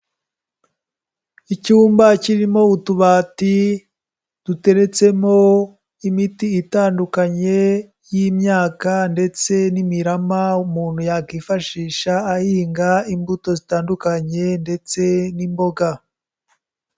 Icyumba kirimo utubati duteretsemo imiti itandukanye y'imyaka ndetse n'imirama umuntu yakwifashisha ahinga imbuto zitandukanye, ndetse n'imboga.